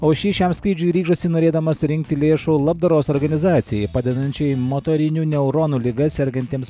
oušy šiam skrydžiui ryžosi norėdama surinkti lėšų labdaros organizacijai padedančiai motorinių neuronų liga sergantiems